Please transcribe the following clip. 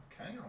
Okay